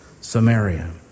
Samaria